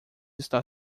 está